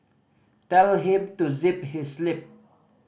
tell him to zip his lip